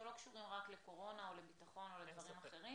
שלא קשורים רק לקורונה או לביטחון או לדברים אחרים.